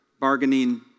bargaining